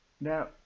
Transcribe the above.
Now